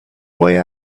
boy